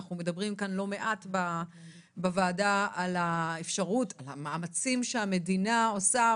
אנחנו מדברים כאן לא מעט בוועדה על האפשרות או על המאמצים שהמדינה עושה,